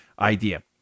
idea